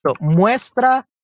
Muestra